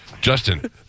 Justin